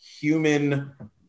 Human